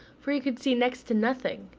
for he could see next to nothing,